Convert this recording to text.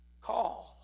Call